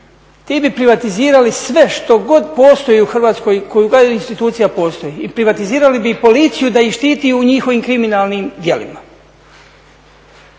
ti bi privatizirali sve što god postoji u Hrvatskoj, koja god institucija postoji i privatizirali bi i policiju da ih štiti u njihovim kriminalnim djelima.